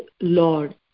Lord